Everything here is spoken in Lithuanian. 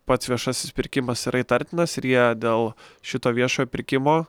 pats viešasis pirkimas yra įtartinas ir jie dėl šito viešojo pirkimo